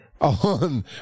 on